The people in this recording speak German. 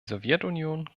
sowjetunion